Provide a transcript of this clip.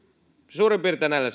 suurin piirtein näillä